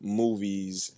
movies